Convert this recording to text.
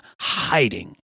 hiding